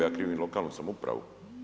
Ja krivim i lokalnu samoupravu.